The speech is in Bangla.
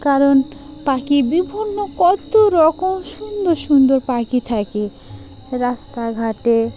কারণ পাখি বিভিন্ন কত রকম সুন্দর সুন্দর পাখি থাকে রাস্তাঘাটে